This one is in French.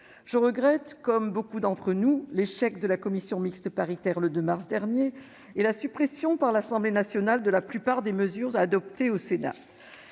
Je regrette, comme beaucoup d'entre nous, l'échec de la commission mixte paritaire le 2 mars dernier et la suppression par l'Assemblée nationale de la plupart des mesures adoptées par le Sénat.